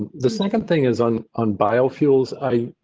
ah the second thing is on on bio feels, i